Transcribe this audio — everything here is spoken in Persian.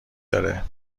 داره